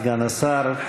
סגן השר,